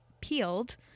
peeled